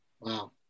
Wow